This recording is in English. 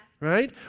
right